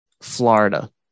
Florida